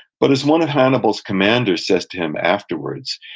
but as one of hannibal's commanders says to him afterwards,